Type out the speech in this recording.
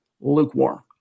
lukewarm